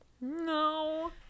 No